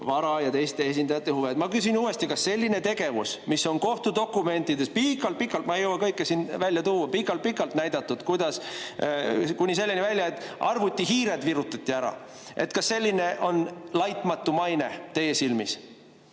vara ja teiste esindajate huve. Ma küsin uuesti: kas selline tegevus, mis on kohtudokumentides pikalt-pikalt, ma ei jõua kõike siin välja tuua, pikalt-pikalt näidatud, kuni selleni välja, et arvutihiired virutati ära, kas selline on laitmatu maine teie silmis?